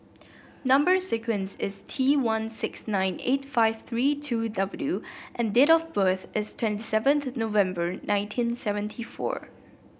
number sequence is T one six nine eight five three two W and date of birth is twenty seventh November nineteen seventy four